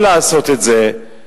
ואפשר למצוא את זה בסטנוגרמה,